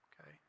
Okay